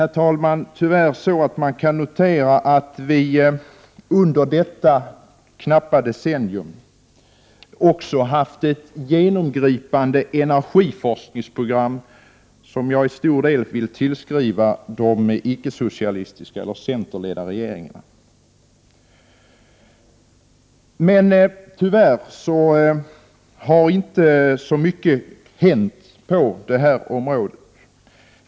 Man kan, herr talman, notera att vi under detta knappa decennium också haft ett genomgripande energiforskningsprogram, som jag till stor del vill tillskriva de icke-socialistiska eller centerledda regeringarna förtjänsten av. Men tyvärr har inte särskilt mycket hänt på detta område.